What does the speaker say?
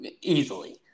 easily